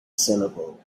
syllable